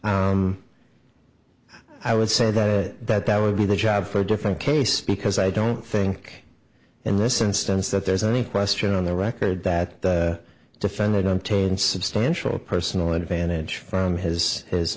i would say that it that that would be the job for a different case because i don't think in this instance that there's any question on the record that the defendant i'm told substantial personal advantage from his his